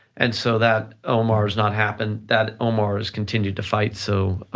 and so that omar has not happened, that omar has continued to fight, so.